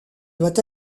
doit